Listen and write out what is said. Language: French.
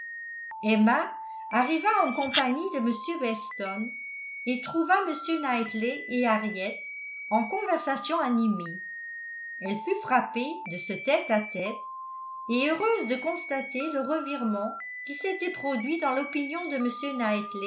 emma arriva en compagnie de m weston et trouva m knightley et henriette en conversation animée elle fut frappée de ce tête-à-tête et heureuse de constater le revirement qui s'était produit dans l'opinion de